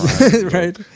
right